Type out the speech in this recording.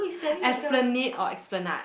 Esplanade or Esplanade